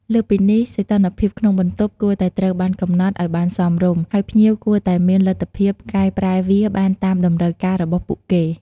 លើសពីនេះ សីតុណ្ហភាពក្នុងបន្ទប់ គួរតែត្រូវបានកំណត់ឲ្យបានសមរម្យ ហើយភ្ញៀវគួរតែមានលទ្ធភាពកែប្រែវាបានតាមតម្រូវការរបស់ពួកគេ។